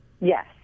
Yes